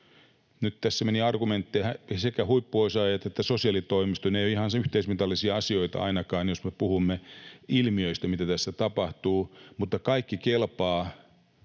Nyt tässä huippuosaajat ja sosiaalitoimisto eivät ole ihan yhteismitallisia asioita, ainakaan jos me puhumme ilmiöistä, mitä tässä tapahtuu. Mutta kaikki kelpaa,